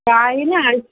छाहे न